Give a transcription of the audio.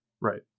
Right